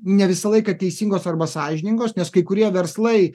ne visą laiką teisingos arba sąžiningos nes kai kurie verslai